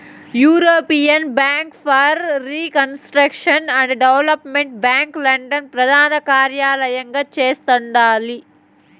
European bank for reconstruction and development bank London ప్రదానకార్యలయంగా చేస్తండాలి